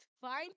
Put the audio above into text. fine